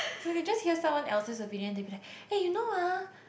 so if you just hear someone else's opinion they be like eh you know ah